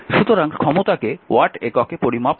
সুতরাং ক্ষমতাকে ওয়াট এককে পরিমাপ করা হয়